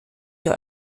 der